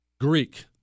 Greek